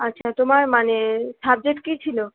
আচ্ছা তোমার মানে সাবজেক্ট কী ছিল